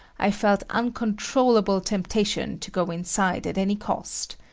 i felt uncontrollable temptation to go inside at any cost.